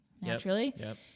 naturally